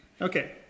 Okay